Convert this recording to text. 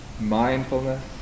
mindfulness